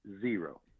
zero